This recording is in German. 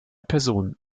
personen